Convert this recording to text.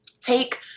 take